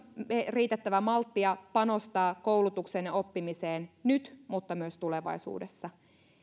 riitettävä malttia panostaa koulutukseen ja oppimiseen nyt mutta myös tulevaisuudessa